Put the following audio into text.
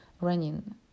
running